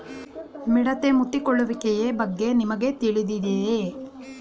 ಮಿಡತೆ ಮುತ್ತಿಕೊಳ್ಳುವಿಕೆಯ ಬಗ್ಗೆ ನಿಮಗೆ ತಿಳಿದಿದೆಯೇ?